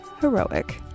heroic